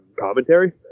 commentary